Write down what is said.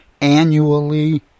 annually